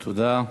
תודה.